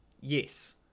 yes